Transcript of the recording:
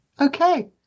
Okay